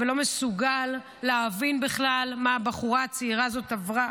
לא מסוגל להבין בכלל מה הבחורה הצעירה הזו עברה,